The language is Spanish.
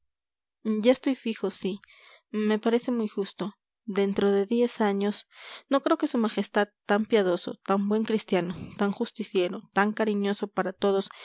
ya estoy fijo sí me parece muy justo dentro de diez años no creo que su majestad tan piadoso tan buen cristiano tan justiciero tan cariñoso para todos